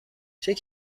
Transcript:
هیچ